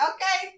Okay